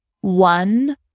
one